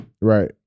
Right